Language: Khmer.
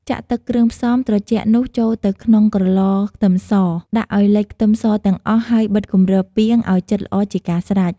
ចាក់ទឹកគ្រឿងផ្សំត្រជាក់នោះចូលទៅក្នុងក្រឡខ្ទឹមស ដាក់ឲ្យលិចខ្ទឹមសទាំងអស់ ហើយបិទគម្របពាងឲ្យជិតល្អជាការស្រេច។